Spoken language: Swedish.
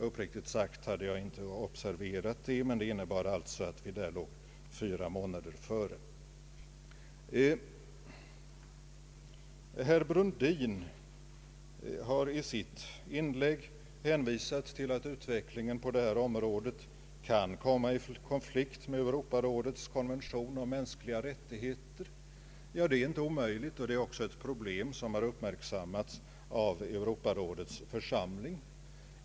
Uppriktigt sagt hade jag inte observerat det, men det innebar ju att vi låg fyra månader före. Herr Brundin har i sitt inlägg hänvisat till att utvecklingen på detta område kan komma i konflikt med Europarådets konvention om mänskliga rättigheter. Det är inte omöjligt, och problemet har också uppmärksammats av Europarådets församling.